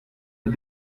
les